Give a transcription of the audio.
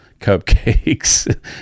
cupcakes